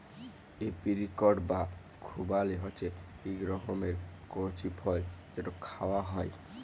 apricot বা খুবালি হছে ইক রকমের কঁচি ফল যেট খাউয়া হ্যয়